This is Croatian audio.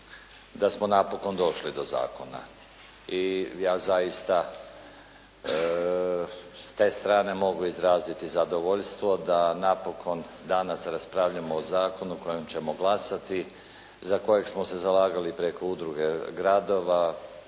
da smo napokon došli do zakona i ja zaista s te strane mogu izraziti zadovoljstvo, da napokon danas raspravljamo o zakonu o kojem ćemo glasati za kojeg smo se zalagali preko udruge gradova,